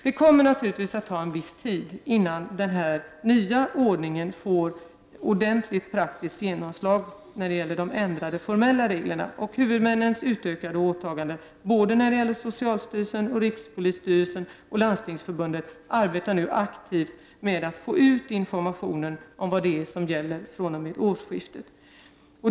Det kommer naturligtvis att ta en viss tid innan denna nyordning får ordentligt praktiskt genomslag när det gäller de ändrade formella reglerna och huvudmännens ökade åtaganden. Socialstyrelsen, rikspolisen och Landstingsförbundet arbetar nu aktivt med att få ut informationen om vad det är som gäller fr.o.m. årsskiftet.